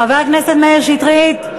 חבר הכנסת מאיר שטרית,